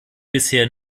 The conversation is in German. bisher